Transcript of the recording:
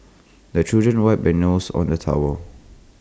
the children wipe their noses on the towel